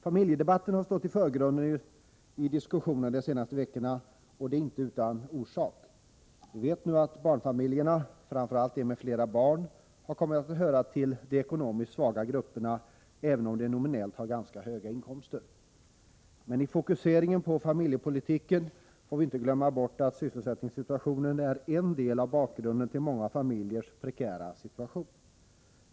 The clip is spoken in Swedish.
Familjedebatten har stått i förgrunden i diskussionen de senaste veckorna, och detta inte utan orsak. Vi vet nu att barnfamiljerna — framför allt de med flera barn — har kommit att höra till de ekonomiskt svaga grupperna, även om de nominellt har ganska höga inkomster. Men i fokuseringen på familjepolitiken får vi inte glömma bort att sysselsättningssituationen är en del av bakgrunden till många familjers prekära situation.